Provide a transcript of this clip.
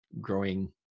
growing